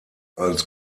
als